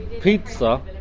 pizza